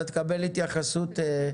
תקבל התייחסות.